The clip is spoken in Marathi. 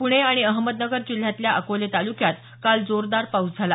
प्णे आणि अहमदनगर जिल्ह्यातल्या अकोले तालुक्यात काल जोरदार पाऊस झाला